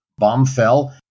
Bombfell